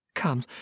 come